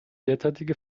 derzeitige